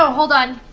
ah hold on.